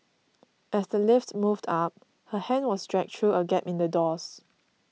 as the lift moved up her hand was dragged through a gap in the doors